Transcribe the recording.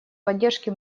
поддержке